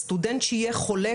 סטודנט שיהיה חולה,